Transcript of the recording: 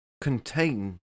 contain